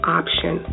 option